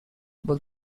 both